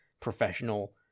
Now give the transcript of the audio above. professional